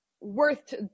worth